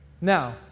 Now